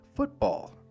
football